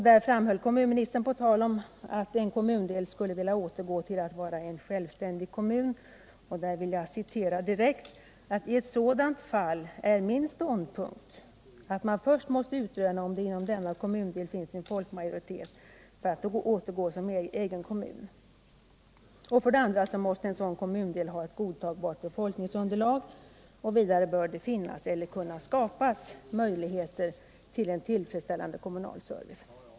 Där framhöll kommunministern på tal om att en kommundel skulle vilja återgå till att vara självständig kommun: ”I sådana fall är min ståndpunkt att man först måste utröna om det inom denna kommundel finns en folkmajoritet för att återgå som egen kommun. För det andra måste en sådan kommundel ha ett godtagbart befolkningsunderlag. Vidare bör det finnas eller kunna skapas möjligheter för en tillfredsställande kommunal service.